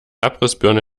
abrissbirne